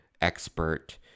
expert